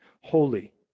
holy